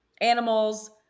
animals